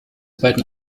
beiden